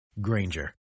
Granger